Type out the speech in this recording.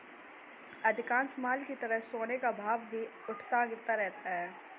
अधिकांश माल की तरह सोने का भाव भी उठता गिरता रहता है